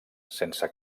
sense